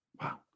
wow